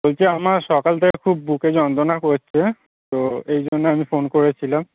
বলছি আমার সকাল থেকে খুব বুকে যন্তণা করছে তো এই জন্য আমি ফোন করেছিলাম